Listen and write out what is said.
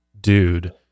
dude